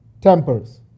tempers